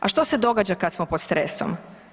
A što se događa kad smo pod stresom?